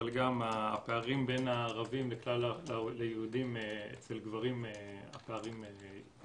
אבל הפערים בין הערבים ליהודים אצל גברים ירדו,